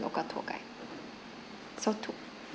local tour guide so two